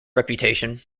reputation